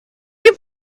you